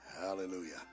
Hallelujah